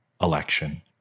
election